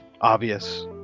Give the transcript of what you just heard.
obvious